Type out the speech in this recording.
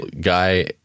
guy